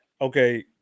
okay